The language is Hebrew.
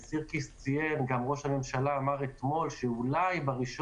סירקיס ציין, גם ראש הממשלה אמר אתמול, שאולי ב-1